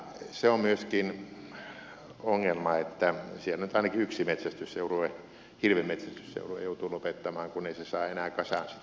se on myöskin ongelma että siellä nyt ainakin yksi metsästysseurue hirvenmetsästysseurue joutuu lopettamaan kun ei se saa enää kasaan sitä tarvittavaa tuhatta hehtaaria